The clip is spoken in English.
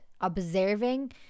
observing